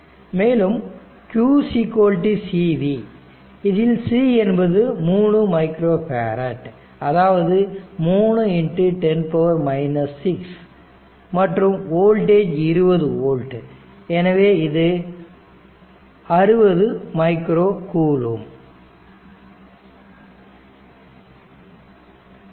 மேலும் q cv இதில் c என்பது 3 மைக்ரோ ஃபேரட் அதாவது 310 6 மற்றும் வோல்டேஜ் 20 வோல்ட் எனவே இது 60 மைக்ரோ கூலும்ப்